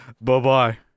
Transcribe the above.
Bye-bye